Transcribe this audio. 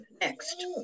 next